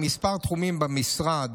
לכמה תחומים במשרד,